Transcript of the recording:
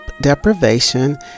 deprivation